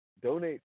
Donate